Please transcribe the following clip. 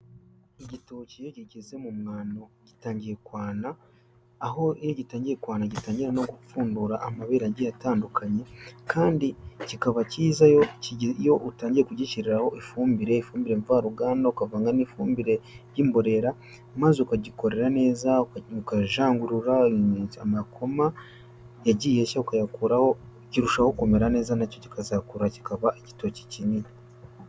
Igitoki iyo kigeze mu mwano, gitangiye kwana, aho iyo gitangiye kwana gitangira no gupfundura amabere agiye atandukanye ,kandi kikaba kiza iyo utangiye kugishyiriraho ifumbire ifumbire mvaruganda, ukavanga n'ifumbire y'imborera, maze ukagikorera neza, ukajangurura amakoma yagiye ashya ukayakuraho, kirushaho kumera neza na cyo kikazakura kikaba igitoki kinini.